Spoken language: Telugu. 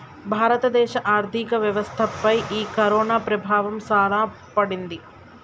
భారత దేశ ఆర్థిక వ్యవస్థ పై ఈ కరోనా ప్రభావం సాన పడింది